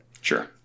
sure